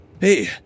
hey